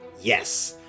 Yes